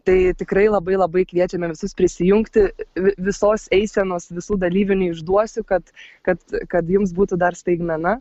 tai tikrai labai labai kviečiame visus prisijungti visos eisenos visų dalyvių neišduosiu kad kad kad jums būtų dar staigmena